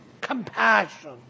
compassion